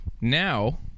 Now